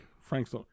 Frank's